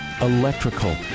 electrical